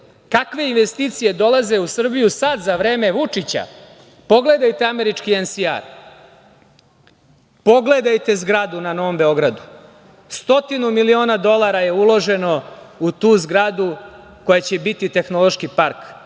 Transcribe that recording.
kakve investicije dolaze u Srbiju sad za vreme Vučića. Pogledajte američki „NCR“, pogledajte zgradu na Novom Beogradu. Stotinu miliona dolara je uloženo u tu zgradu koja će biti tehnološki park,